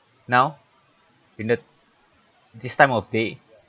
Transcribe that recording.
now in the this time of day